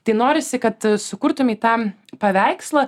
tai norisi kad sukurtumei tą paveikslą